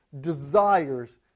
desires